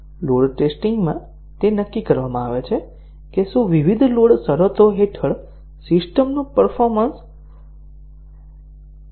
load testing માં તે નક્કી કરવામાં આવે છે કે શું વિવિધ લોડ શરતો હેઠળ સિસ્ટમનું પરફોર્મન્સ સ્વીફંક્શન છે